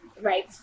right